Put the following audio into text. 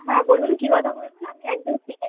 হ্যাঁ বলুন কী কথা বলবেন আমি একদম ফ্রি আছি